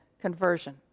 conversion